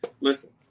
Listen